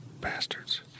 Bastards